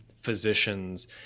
physicians